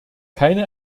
keine